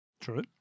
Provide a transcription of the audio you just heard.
True